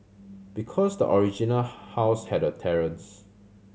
because the original house had a terrace